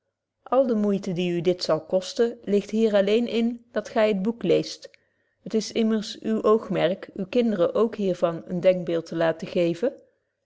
alle de moeite die u dit zal kosten ligt hier alleen in dat gy het boek leest het is immers uw oogmerk uwen kindern ook hiervan een denkbeeld te laten geven